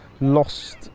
lost